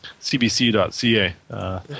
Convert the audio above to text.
cbc.ca